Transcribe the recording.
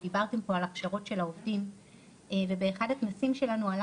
דיברתם פה על הפשרות של העובדים ובאחד הכנסים שלנו עלה